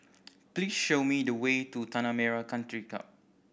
please show me the way to Tanah Merah Country Club